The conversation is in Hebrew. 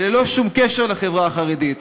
וללא שום קשר לחברה החרדית.